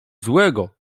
złego